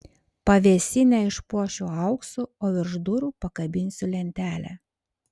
pavėsinę išpuošiu auksu o virš durų pakabinsiu lentelę